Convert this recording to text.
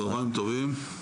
צוהריים טובים.